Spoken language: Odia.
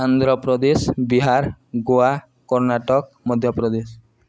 ଆନ୍ଧ୍ରପ୍ରଦେଶ ବିହାର ଗୋଆ କର୍ଣ୍ଣାଟକ ମଧ୍ୟପ୍ରଦେଶ